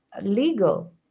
legal